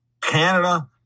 Canada